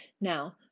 Now